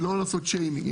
היא לא לעשות שיימינג.